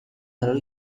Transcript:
قرار